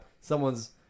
someone's